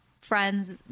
friends